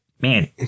Man